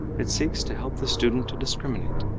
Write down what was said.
it seeks to help the student to discriminate,